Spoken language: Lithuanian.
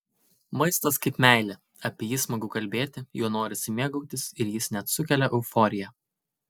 maistas kaip meilė apie jį smagu kalbėti juo norisi mėgautis ir jis net sukelia euforiją